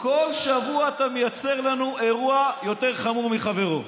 כל שבוע אתה מייצר לנו אירוע יותר חמור מחברו.